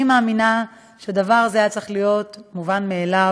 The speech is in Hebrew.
אני מאמינה שהדבר הזה היה צריך להיות מובן מאליו,